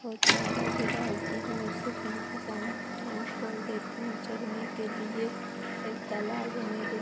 और चारा भी डालती हूँ उसे फिर साम के टाइम खोल देती हूँ चरने के लिए एक तालाब है मेरे